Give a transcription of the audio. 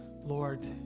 Lord